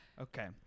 Okay